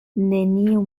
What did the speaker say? neniu